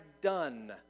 done